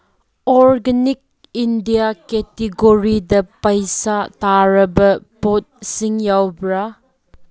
organic India ꯀꯦꯇꯤꯒꯣꯔꯤꯗ ꯄꯩꯁꯥ ꯇꯥꯔꯕ ꯄꯣꯠꯁꯤꯡ ꯌꯥꯎꯕ꯭ꯔꯥ